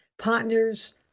partners